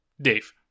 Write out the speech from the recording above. dave